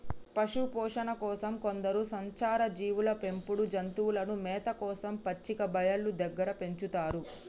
పశుపోషణ కోసం కొందరు సంచార జీవులు పెంపుడు జంతువులను మేత కోసం పచ్చిక బయళ్ళు దగ్గర పెంచుతారు